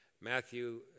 Matthew